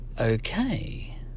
Okay